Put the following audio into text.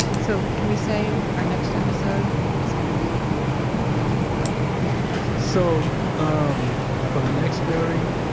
so, can we say our next episode is going to be e leaving prison? so, um for the next story,